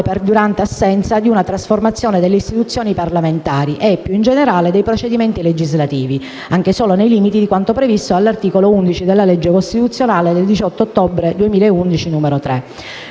«perdurante assenza di una trasformazione delle istituzioni parlamentari e, più in generale, dei procedimenti legislativi - anche solo nei limiti di quanto previsto dall'articolo 11 della legge costituzionale 18 ottobre 2001, n. 3».